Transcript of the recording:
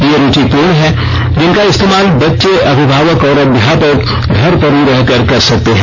ये रूचिपूर्ण हैं जिनका इस्तेमाल बच्चे अभिभावक और अध्यापक घर पर रह कर भी कर सकते हैं